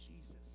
Jesus